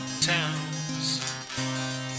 towns